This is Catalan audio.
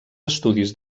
estudis